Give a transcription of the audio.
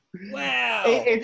Wow